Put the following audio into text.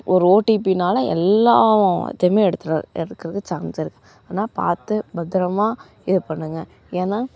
ஒரு ஓடிபியினால எல்லாத்தையுமே எடுத்துட எடுக்கிறதுக்கு சான்ஸ் இருக்குது ஆனால் பார்த்து பத்திரமா இது பண்ணுங்க ஏனால்